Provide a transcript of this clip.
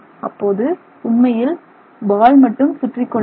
அப்போது உண்மையில் பால் மட்டும் சுற்றிக் கொண்டிருக்கும்